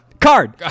Card